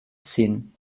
ziehen